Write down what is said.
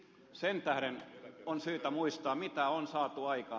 sen tähden on syytä muistaa mitä on saatu aikaan